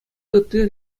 ытти